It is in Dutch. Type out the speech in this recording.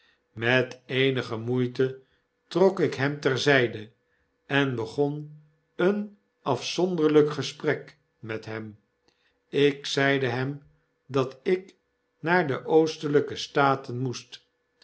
met eenige moeite trok ik hem ter zyde en begon een afzonderlyk gesprek met hem ik zeide hem dat ik naar de oostelijke staten moest